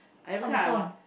on the phone